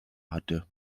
hatte